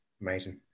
Amazing